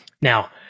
Now